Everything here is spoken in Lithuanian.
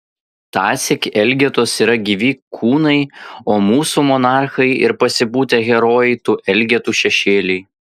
tąsyk elgetos yra gyvi kūnai o mūsų monarchai ir pasipūtę herojai tų elgetų šešėliai